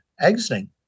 exiting